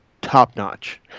top-notch